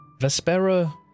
Vespera